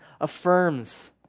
affirms